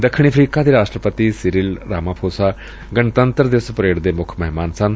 ਦੱਖਣੀ ਅਫ਼ਰੀਕਾ ਦੇ ਰਾਸ਼ਟਰਪਤੀ ਸਿਰਿਲ ਰਾਮਾਫੋਸਾ ਗਣਤੰਤਰ ਦਿਵਸ ਪਰੇਡ ਦੇ ਮੁੱਖ ਮਹਿਮਾਨ ਸਨ